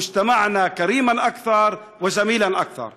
ברצוני לברך את הנשים הערביות הלוחמות ונאבקות למען הזכויות שלהן.